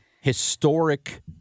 historic